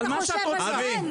אתה חושב --- על מה שאת רוצה,